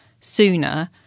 sooner